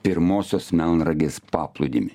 pirmosios melnragės paplūdimį